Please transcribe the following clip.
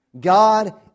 God